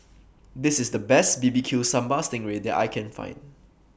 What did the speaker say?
This IS The Best B B Q Sambal Sting Ray that I Can Find